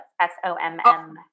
S-O-M-M